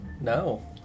no